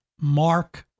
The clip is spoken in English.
Mark